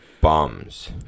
bums